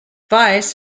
vice